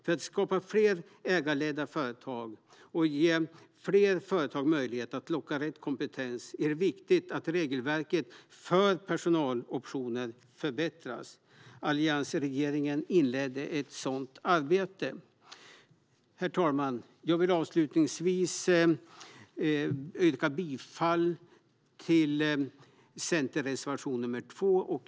För att skapa fler ägarledda företag och ge fler företag möjlighet att locka rätt kompetens är det viktigt att regelverket för personaloptioner förbättras. Alliansregeringen inledde ett sådant arbete. Herr talman! Jag vill avslutningsvis yrka bifall till Centerpartiets reservation 2.